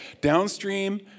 Downstream